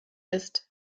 ist